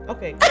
Okay